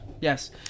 Yes